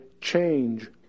change